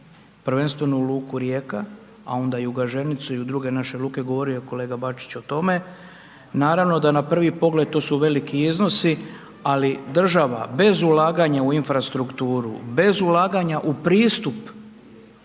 prvenstveno u luku Rijeka, a onda i u Gaženicu i u druge naše luke, govorio je kolega Bačić o tome, naravno da na prvi pogled, to su veliki iznosi, ali država bez ulaganja u infrastrukturu, bez ulaganja u pristup